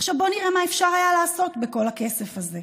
עכשיו בואו נראה מה אפשר היה לעשות בכל הכסף הזה.